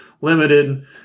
limited